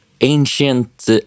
ancient